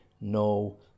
no